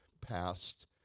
past